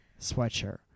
sweatshirt